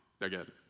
again